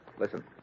Listen